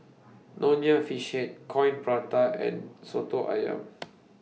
Nonya Fish Head Coin Prata and Soto Ayam